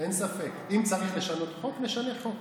אין ספק, אם צריך לשנות חוק, נשנה חוק.